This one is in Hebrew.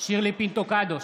שירלי פינטו קדוש,